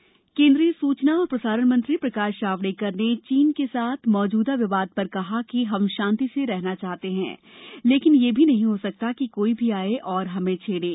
जावडेकर केंद्रीय सूचना और प्रसारण मंत्री प्रकाश जावड़ेकर ने चीन के साथ मौजूदा विवाद पर कहा कि हम शांति से रहना चाहते हैं लेकिन यह भी नहीं हो सकता कि कोई भी आये और हमें छेड़े